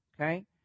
Okay